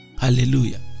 Hallelujah